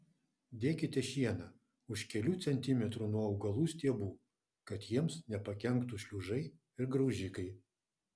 dėkite šieną už kelių centimetrų nuo augalų stiebų kad jiems nepakenktų šliužai ir graužikai